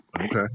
Okay